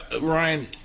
Ryan